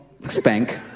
spank